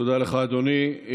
תודה לך, אדוני.